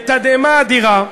בתדהמה אדירה,